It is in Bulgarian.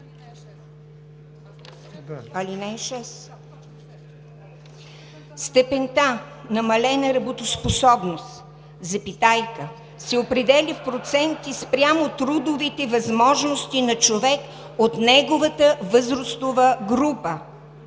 „Степента намалена работоспособност се определя в проценти спрямо трудовите възможности на човек от неговата възрастова група